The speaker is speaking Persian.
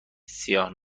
سیاه